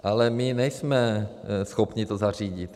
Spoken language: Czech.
Ale my nejsme schopni to zařídit.